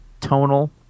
tonal